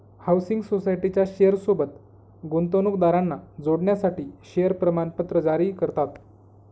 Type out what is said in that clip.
housing सोसायटीच्या share सोबत गुंतवणूकदारांना जोडण्यासाठी शेअर प्रमाणपत्र जारी करतात